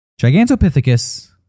Gigantopithecus